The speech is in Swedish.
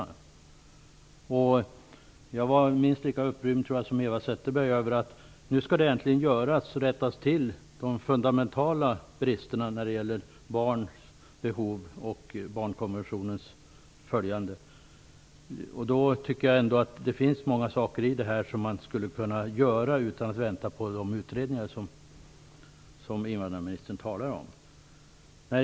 Jag tror att jag var minst lika upprymd som Eva Zetterberg över att de fundamentala bristerna som gäller barns behov och barnkonventionens efterlevnad äntligen skulle rättas till. Jag anser att mycket kan göras utan att man väntar på de utredningar som invandrarministern talar om.